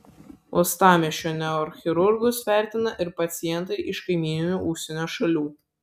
uostamiesčio neurochirurgus vertina ir pacientai iš kaimyninių užsienio šalių